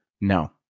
No